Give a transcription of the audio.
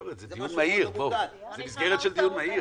חבר'ה, זה מסגרת של דיון מהיר.